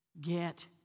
get